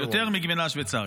יותר מגבינה שוויצרית.